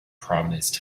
promised